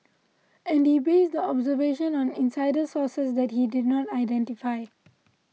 and he based the observation on insider sources that he did not identify